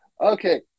Okay